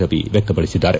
ರವಿ ವ್ಯಕ್ತಪಡಿಸಿದ್ದಾರೆ